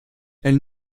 elle